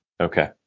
Okay